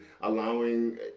allowing